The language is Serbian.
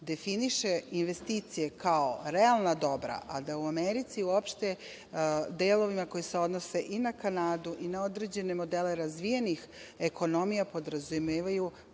definiše investicije kao realna dobra, a da u Americi i uopšte delovima koji se odnose i na Kanadu i na određene modele razvijenih ekonomija podrazumevaju